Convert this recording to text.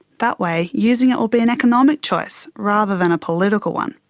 that way using it will be an economic choice rather than a political one.